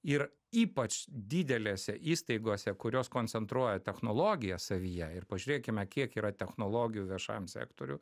ir ypač didelėse įstaigose kurios koncentruoja technologiją savyje ir pažiūrėkime kiek yra technologijų viešajam sektoriuj